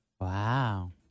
Wow